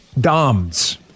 Doms